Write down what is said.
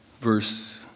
Verse